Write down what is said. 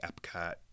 Epcot